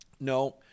no